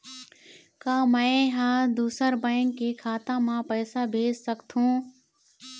का मैं ह दूसर बैंक के खाता म पैसा भेज सकथों?